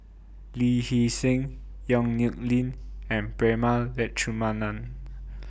Lee Hee Seng Yong Nyuk Lin and Prema Letchumanan